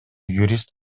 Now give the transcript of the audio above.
юрист